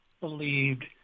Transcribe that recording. believed